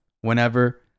whenever